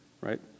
right